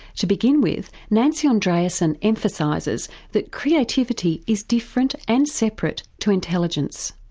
to begin with, nancy andreasen emphasises that creativity is different and separate to intelligence.